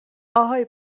اهای